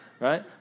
right